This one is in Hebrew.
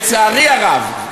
לצערי הרב,